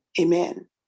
Amen